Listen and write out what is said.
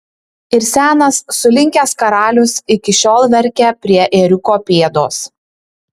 ir senas sulinkęs karalius iki šiol verkia prie ėriuko pėdos